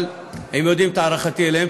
אבל הם יודעים את הערכתי להם.